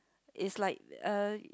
it's like uh